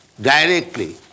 directly